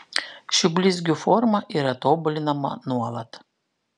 šių blizgių forma yra tobulinama nuolat